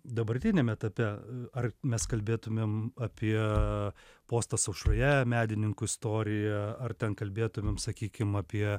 dabartiniam etape ar mes kalbėtumėm apie postas aušroje medininkų istorija ar ten kalbėtumėm sakykim apie